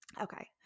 okay